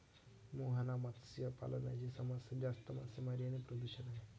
मुहाना मत्स्य पालनाची समस्या जास्त मासेमारी आणि प्रदूषण आहे